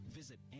visit